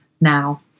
now